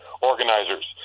organizers